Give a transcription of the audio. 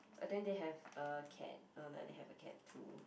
but then they have a cat uh no they have a cat too